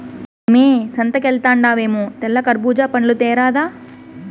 మ్మే సంతకెల్తండావేమో తెల్ల కర్బూజా పండ్లు తేరాదా